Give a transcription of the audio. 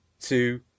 two